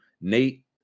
Nate